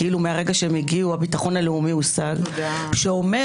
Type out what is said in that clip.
כאילו מהרגע שהגיעו הביטחון הלאומי הושג שאומר